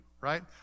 right